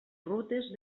rutes